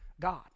God